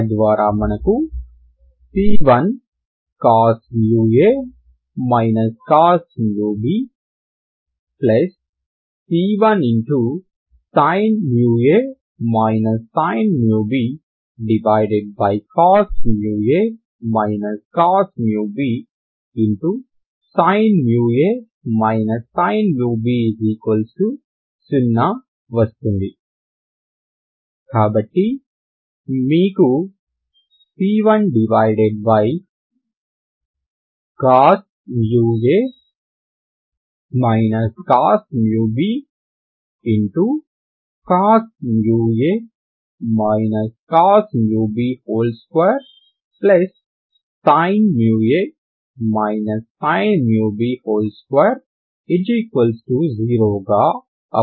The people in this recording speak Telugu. తద్వారా మనకు c1cos μa cos μb c1sin μa sin μb cos μa cos μb sin μa sin μb 0 వస్తుంది కాబట్టి ఇది మీకు c1cos μa cos μb cos μa cos μb 2sin μa sin μb 20 గా అవుతుంది